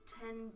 ten